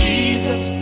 Jesus